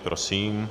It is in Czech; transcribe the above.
Prosím.